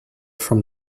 from